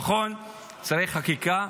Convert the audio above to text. נכון, צריך חקיקה,